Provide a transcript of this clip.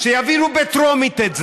שיעבירו את זה בטרומית.